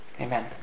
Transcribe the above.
Amen